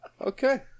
Okay